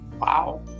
Wow